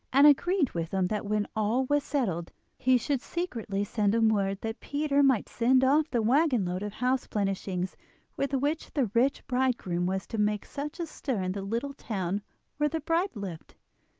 and agreed with him that when all was settled he should secretly send him word that peter might send off the waggon load of house plenishings with which the rich bridegroom was to make such a stir in the little town where the bride lived.